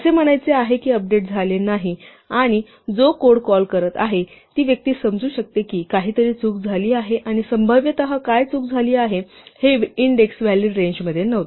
असे म्हणायचे आहे की अपडेट झाले नाही आणि जो कोड कॉल करत आहे ती व्यक्ती समजू शकते की काहीतरी चूक झाली आहे आणि संभाव्यत काय चूक झाली आहे हे इंडेक्स व्हॅलिड रेंज मध्ये नव्हते